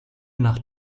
nach